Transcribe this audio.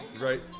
right